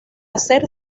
hacer